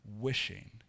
wishing